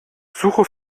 suche